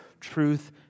truth